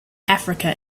africa